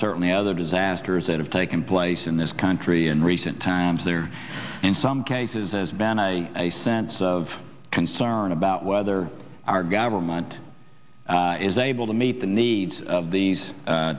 certainly other disasters that have taken place in this country in recent times that are in some cases as bad i a sense of concern about whether our government is able to meet the needs of these